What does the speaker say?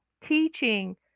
teaching